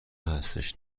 هستش